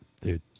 dude